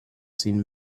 seen